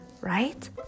right